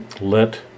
let